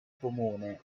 comune